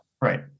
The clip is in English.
Right